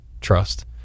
trust